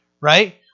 Right